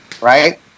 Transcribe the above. right